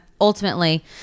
ultimately